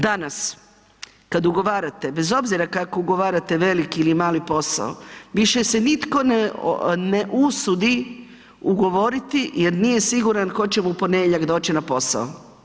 Danas kad ugovarate, bez obzira kako ugovarate veliki ili mali posao, više se nitko ne usudi ugovoriti jer nije siguran tko će mu u ponedjeljak doći na posao.